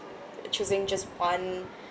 choosing just one